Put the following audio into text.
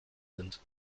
sind